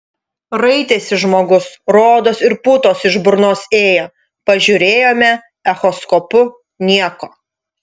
raitėsi žmogus rodos ir putos iš burnos ėjo pažiūrėjome echoskopu nieko